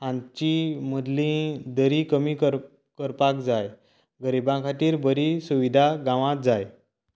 हांची मदलीं दरी कमी करपाक जाय गरिबां खातीर बरी सुविधा गांवांत जाय